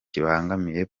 kibangamiye